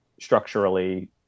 structurally